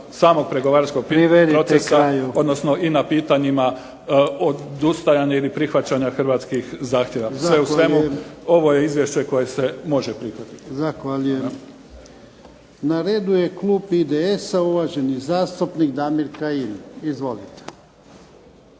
samog pregovaračkog procesa, odnosno i na pitanjima odustajanja ili prihvaćanja hrvatskih zahtjeva. Sve u svemu ovo je izvješće koje se može prihvatiti. **Jarnjak, Ivan (HDZ)** Zahvaljujem. Na redu je klub IDS-a, uvaženi zastupnik Damir Kajin. Izvolite.